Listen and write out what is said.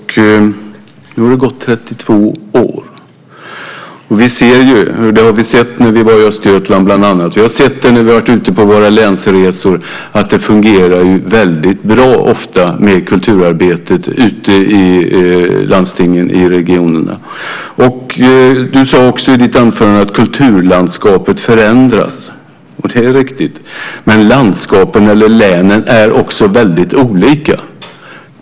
Nu har det gått 32 år. Vi har sett när vi har varit ute på våra länsresor, bland annat när vi var i Östergötland, att kulturarbetet ofta fungerar väldigt bra ute i landstingen i regionerna. Du sade också i ditt anförande att kulturlandskapet förändras. Det är riktigt. Men landskapen eller länen är också väldigt olika.